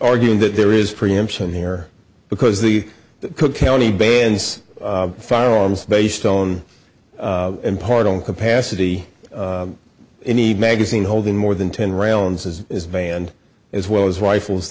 arguing that there is preemption here because the cook county bans firearms based on in part on capacity magazine holding more than ten rounds as is banned as well as rifles